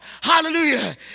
Hallelujah